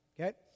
okay